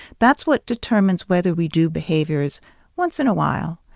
that's what determines whether we do behaviors once in a while.